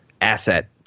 asset